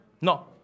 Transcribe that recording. No